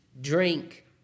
drink